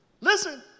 Listen